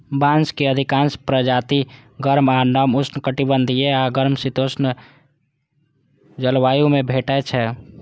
बांसक अधिकांश प्रजाति गर्म आ नम उष्णकटिबंधीय आ गर्म समशीतोष्ण जलवायु मे भेटै छै